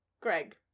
Greg